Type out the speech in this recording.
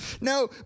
No